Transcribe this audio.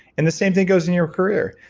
and the same thing goes in your career.